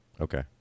Okay